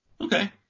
Okay